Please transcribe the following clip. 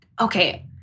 Okay